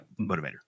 motivator